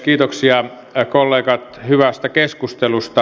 kiitoksia kollegat hyvästä keskustelusta